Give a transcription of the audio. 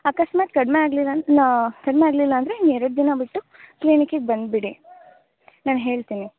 ಅಕಸ್ಮಾತ್ ಕಡಿಮೆ ಆಗಲಿಲ್ಲ ಅಂದು ನಾ ಕಡಿಮೆ ಆಗಲಿಲ್ಲ ಅಂದರೆ ಇನ್ನು ಎರಡು ದಿನ ಬಿಟ್ಟು ಕ್ಲಿನಿಕಿಗೆ ಬಂದುಬಿಡಿ ನಾನು ಹೇಳ್ತೀನಿ